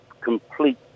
complete